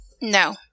No